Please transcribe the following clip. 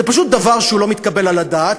זה פשוט דבר שלא מתקבל על הדעת.